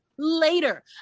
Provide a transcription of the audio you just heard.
Later